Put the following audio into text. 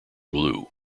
glue